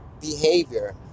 behavior